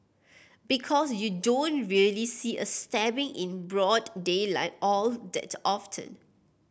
because you don't really see a stabbing in broad daylight all that often